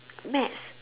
math